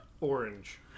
orange